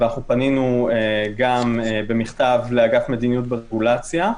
ופנינו גם במכתב לאגף מדיניות ורגולציה.